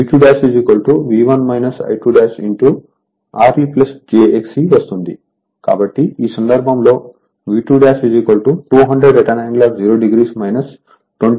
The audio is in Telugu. కాబట్టి ఈ సందర్భంలో V2200∠0° 20∠ 36